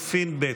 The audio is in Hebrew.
לחלופין ב'.